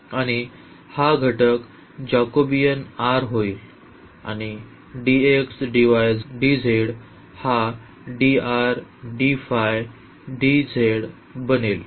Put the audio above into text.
आणि हा घटक जेकबियन r होईल आणि हा बनेल